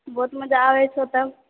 बहुत मजा आबैत छै ओतय